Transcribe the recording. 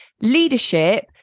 Leadership